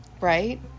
Right